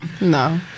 No